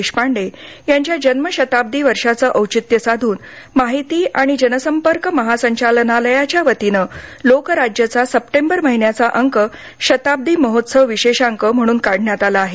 देशपांडे यांच्या जन्मशताब्दी वर्षाचं औचित्य साधून माहिती आणि जनसंपर्क महासंचालनालयाच्या वतीनं लोकराज्यचा सप्टेंबर महिन्याचा अंक शताब्दी महोत्सव विशेषांक म्हणून काढण्यात आला आहे